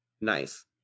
Nice